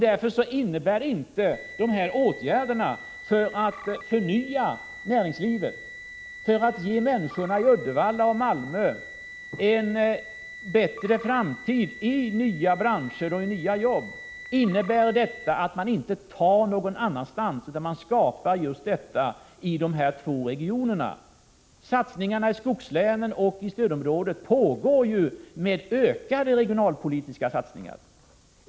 Därför innebär inte de här åtgärderna, som syftar till att förnya näringslivet och att ge människorna i Uddevalla och Malmö en bättre framtid i nya branscher och i nya jobb, att man tar något någon annanstans, utan just detta åstadkoms i de två aktuella regionerna. Satsningarna i skogslänen och i stödområdet pågår ju redan, och det handlar dessutom om ökade regionalpolitiska satsningar.